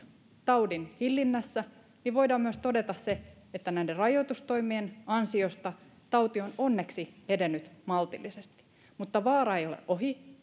taudin hillinnässä niin voidaan myös todeta se että näiden rajoitustoimien ansiosta tauti on onneksi edennyt maltillisesti mutta vaara ei ole ohi